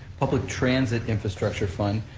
public transit infrastructure fund,